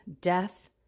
death